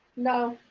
no.